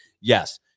Yes